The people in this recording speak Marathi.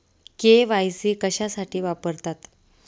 के.वाय.सी कशासाठी वापरतात?